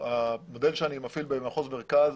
המודל שאני מפעיל במחוז מרכז,